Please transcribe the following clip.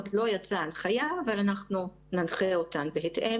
עוד לא יצאה ההנחיה, אבל אנחנו ננחה אותן בהתאם.